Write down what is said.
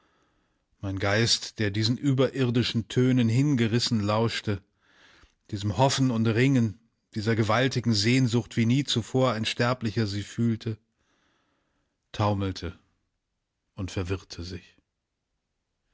mein geist der diesen überirdischen tönen hingerissen lauschte diesem hoffen und ringen dieser gewaltigen sehnsucht wie nie zuvor ein sterblicher sie fühlte taumelte und verwirrte sich